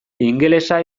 ingelesa